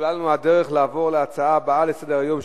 סלולה לנו הדרך לעבור להצעה הבאה לסדר-היום,